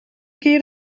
keer